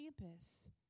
campus